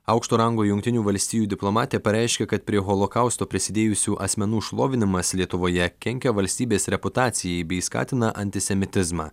aukšto rango jungtinių valstijų diplomatė pareiškė kad prie holokausto prisidėjusių asmenų šlovinimas lietuvoje kenkia valstybės reputacijai bei skatina antisemitizmą